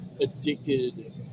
addicted